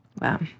Wow